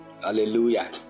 Hallelujah